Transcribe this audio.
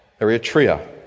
Eritrea